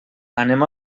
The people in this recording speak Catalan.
anem